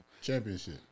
championship